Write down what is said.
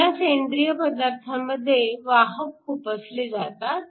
ह्या सेंद्रिय पदार्थामध्ये वाहक खुपसले जातात